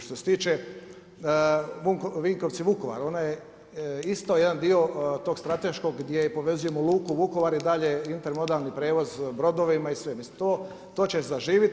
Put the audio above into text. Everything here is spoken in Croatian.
Što se tiče Vinkovci-Vukovar ona je isto jedan dio tog strateškog gdje povezujemo Luku Vukovar i dalje intermodalni prijevoz brodovima i sve, to će zaživjet.